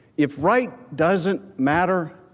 if right doesn't matter,